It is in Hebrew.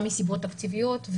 גם מסיבות תקציביות,